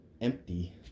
empty